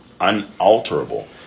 unalterable